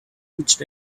reached